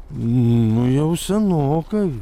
nu jau senokai